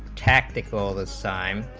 tactical assigned